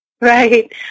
Right